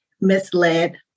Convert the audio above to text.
misled